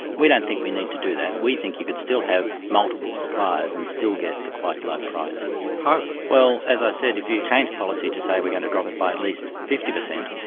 we don't think we need to do that. we think you could still have multiple suppliers and still get the quite low prices. how? well, as i said, if you change the policy to say we're going to drop it by at least fifty percent,